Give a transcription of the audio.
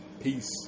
Peace